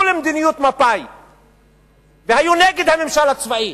למדיניות מפא"י והיו נגד הממשל הצבאי.